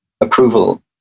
approval